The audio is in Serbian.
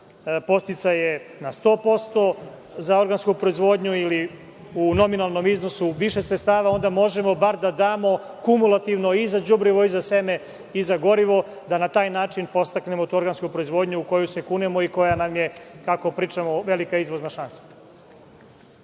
podsticaje na 100% za organsku proizvodnju ili u nominalnom iznosu više sredstava, onda možemo bar da damo kumulativno i za đubrivo, i za seme, i za gorivo, da na taj način podstaknemo tu organsku proizvodnju u koju se kunemo, i koja nam je, kako pričamo, velika izvozna šansa.